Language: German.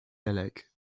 beleg